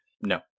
No